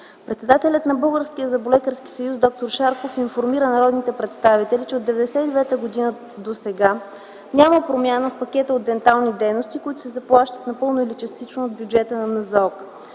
Председателят на Българския зъболекарски съюз, д-р Николай Шарков, информира народните представители, че от 1999 г. досега няма промяна в пакета от дентални дейности, които се заплащат напълно или частично от бюджета на НЗОК.